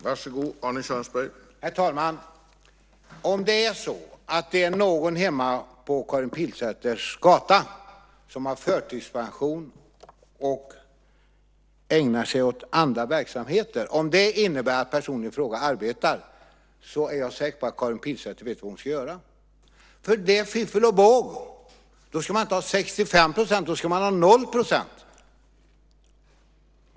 Herr talman! Om det är så att någon hemma på Karin Pilsäters gata har förtidspension och ägnar sig åt andra verksamheter - alltså om det innebär att den här personen arbetar - är jag säker på att Karin Pilsäter vet vad hon ska göra, för det är fiffel och båg att göra så. Då ska man inte ha 65 %, utan då ska man ha 0 %.